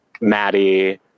Maddie